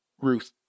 Ruth